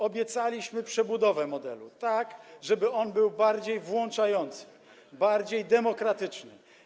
Obiecaliśmy przebudowę modelu tak, żeby on był bardziej włączający, bardziej demokratyczny.